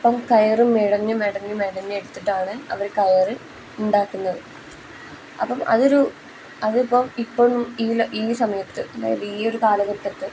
അപ്പം കയർ മെടഞ്ഞ് മെടഞ്ഞ് മെടഞ്ഞ് എടുത്തിട്ടാണ് അവർ കയർ ഉണ്ടാക്കുന്നത് അപ്പം അതൊരു അതിപ്പം ഇപ്പോഴും ഈ ഈ സമയത്ത് അതായത് ഈ ഒരു കാലഘട്ടത്ത്